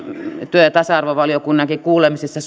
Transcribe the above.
työ ja tasa arvovaliokunnankin kuulemisessa